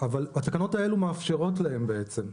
אבל התקנות האלו מאפשרות להם בעצם.